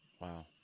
Wow